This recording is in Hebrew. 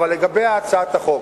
אבל לגבי הצעת החוק,